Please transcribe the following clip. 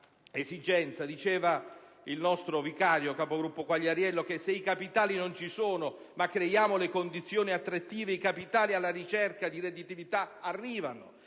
Diceva il nostro Capogruppo vicario, senatore Quagliariello, che se i capitali non ci sono ma creiamo le condizioni attrattive, i capitali alla ricerca di redditività arrivano.